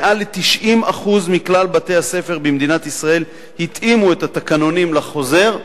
מעל 90% מכלל בתי-הספר במדינת ישראל התאימו את התקנונים לחוזר,